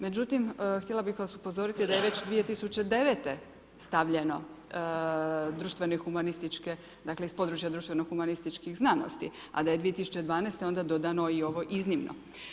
Međutim, htjela bih vas upozoriti da je već 2009. stavljeno društveno-humanističke, dakle iz područja društveno-humanističkih znanosti, a da je 2012. onda dodano i ovo „iznimno“